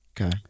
Okay